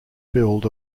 build